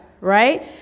right